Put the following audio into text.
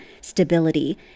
stability